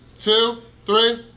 two, three.